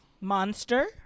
Monster